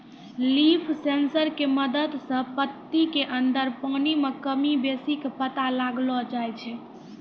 leaf sensor के मदद सॅ पत्ती के अंदर पानी के कमी बेसी के पता लगैलो जाय छै